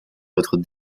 votre